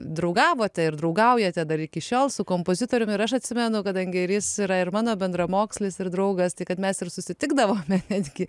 draugavote ir draugaujate dar iki šiol su kompozitoriumi ir aš atsimenu kadangi ir jis yra ir mano bendramokslis ir draugas tai kad mes ir susitikdavome netgi